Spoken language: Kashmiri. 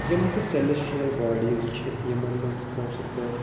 یِم تہِ سیٚلِشیل باڈیٖز چھِ یِمَن مَنٛز کٲشٕر پٲٹھۍ